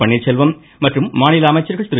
பன்னீர்செல்வம் மற்றும் மாநில அமைச்சர்கள் திரு